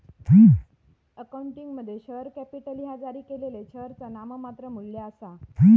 अकाउंटिंगमध्ये, share capital ह्या जारी केलेल्या शेअरचा नाममात्र मू्ल्य आसा